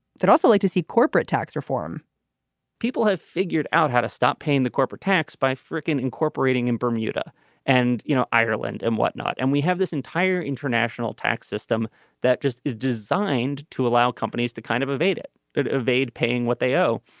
also like to see corporate tax reform people have figured out how to stop paying the corporate tax by frickin incorporating in bermuda and you know ireland and whatnot. and we have this entire international tax system that just is designed to allow companies to kind of evade it it evade paying what they owe.